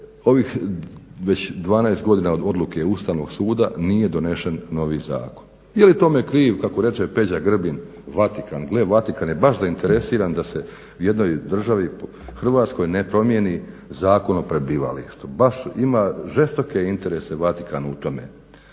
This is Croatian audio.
ovih već 12 godina od odluke Ustavnog suda nije donesen novi zakon. Je li tome kriv kako reče Peđa Grbin Vatikan. Gle, Vatikan je baš zainteresiran da se jednoj državi Hrvatskoj ne promijeni Zakon o prebivalištu, baš ima žestoke interese Vatikan u tome.